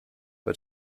but